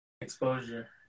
exposure